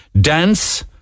dance